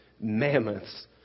Mammoths